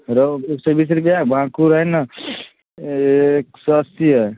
रहु एक सए बीस रुपया भाकुर अछि ने एक सए अस्सी अछि